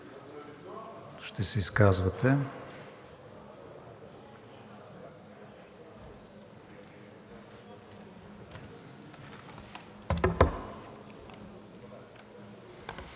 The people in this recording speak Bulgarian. ще се изказвате.